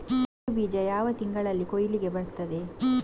ಗೇರು ಬೀಜ ಯಾವ ತಿಂಗಳಲ್ಲಿ ಕೊಯ್ಲಿಗೆ ಬರ್ತದೆ?